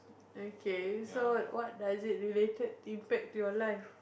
okay so what does it related impact to your life